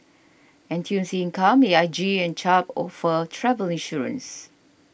N T U C Income A I G and Chubb offer travel insurance